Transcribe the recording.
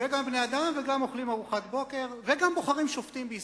וגם בני-אדם וגם אוכלים ארוחת בוקר וגם בוחרים שופטים בישראל.